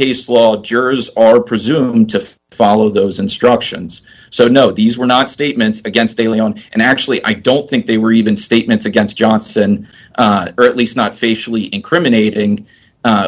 case law the jurors are presumed to follow those instructions so no these were not statements against a leon and actually i don't think they were even statements against johnson at least not facially incriminating